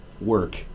work